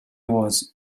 was